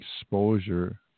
exposure